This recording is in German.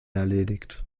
erledigt